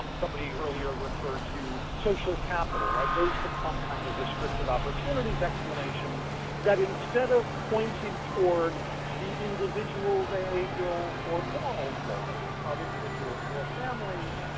um somebody earlier referred to social capital, right, those become kind of restricted opportunities, explanations that, instead of pointing toward the individual, behavioral, or moral flaws of individuals or families,